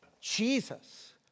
Jesus